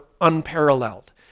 unparalleled